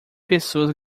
pessoas